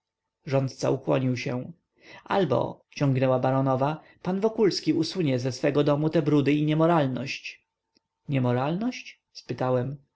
rządca ukłonił się albo ciągnęła baronowa pan wokulski usunie ze swego domu te brudy i niemoralność niemoralność spytałem